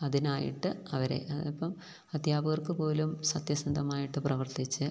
അതിനായിട്ട് അവരെ അപ്പം അധ്യാപകർക്ക് പോലും സത്യസന്ധമായിട്ട് പ്രവർത്തിച്ച്